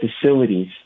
facilities